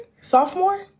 Sophomore